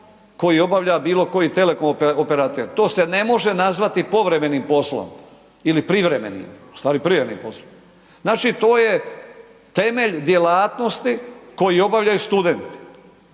koji obavlja bilo koji telekom operater. To se ne može nazvati povremenim poslom ili privremenim. Ustvari, privremenim poslom. Znači to je temelj djelatnosti koji obavljaju studenti.